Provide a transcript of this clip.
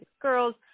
girls